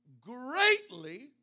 greatly